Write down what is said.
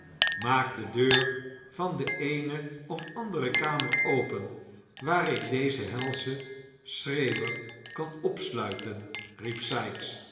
maak de deur van de eene of andere kamer open waar ik dezen helschen schreeuwer kan opsluiten riep sikes